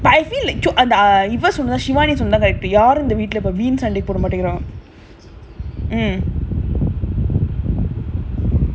but I feel like so அந்த இவ சொன்னது:antha iva sonnathu shivani சொன்னது இப்ப யாரு இந்த வீட்டுல இப்ப வீண் சண்டை போடமாட்டிங்கிறோம்:sonnathu ippa yaaru intha veetula ippa veen sandai podamattingirom